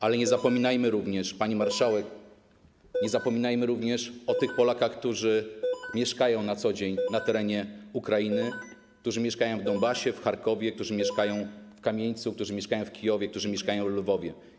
Ale nie zapominajmy również, pani marszałek, o tych Polakach, którzy mieszkają na co dzień na terenie Ukrainy, którzy mieszkają w Donbasie, w Charkowie, którzy mieszkają w Kamieńcu, którzy mieszkają w Kijowie, którzy mieszkają we Lwowie.